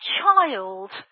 child